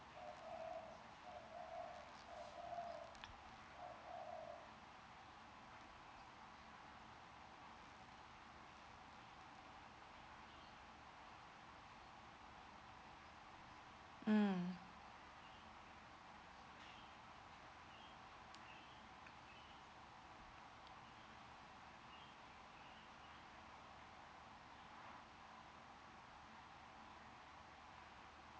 mm